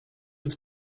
have